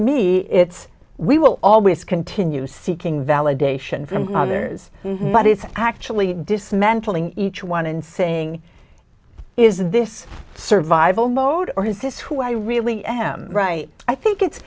me it's we will always continue seeking validation from others but it's actually dismantling each one and saying is this survival mode or is this who i really am right i think it's